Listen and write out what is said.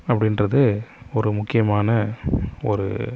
அப்படின்றது ஒரு முக்கியமான ஒரு